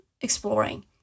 exploring